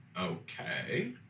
Okay